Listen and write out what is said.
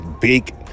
big